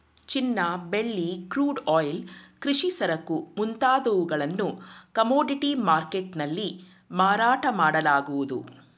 ಚಿನ್ನ, ಬೆಳ್ಳಿ, crude oil, ಕೃಷಿ ಸರಕು ಮುಂತಾದವುಗಳನ್ನು ಕಮೋಡಿಟಿ ಮರ್ಕೆಟ್ ನಲ್ಲಿ ಮಾರಾಟ ಮಾಡಲಾಗುವುದು